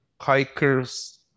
hikers